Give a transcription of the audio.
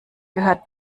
gehört